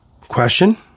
Question